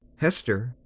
hester.